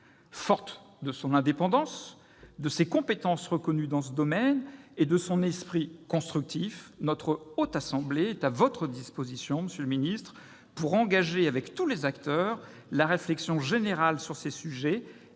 Forte de son indépendance, de ses compétences reconnues dans ce domaine et de son esprit constructif, la Haute Assemblée est à votre disposition, monsieur le ministre, pour engager avec tous les acteurs la réflexion générale sur ces sujets ; c'est peut-être